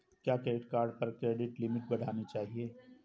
क्या credit card पर credit limit बढ़ानी चाहिए?